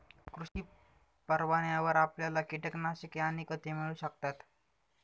कृषी परवान्यावर आपल्याला कीटकनाशके आणि खते मिळू शकतात